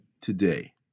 today